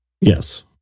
yes